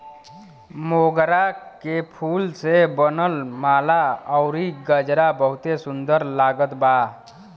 मोगरा के फूल से बनल माला अउरी गजरा बहुते सुन्दर लागत बा